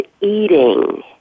eating